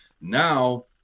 Now